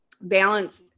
balance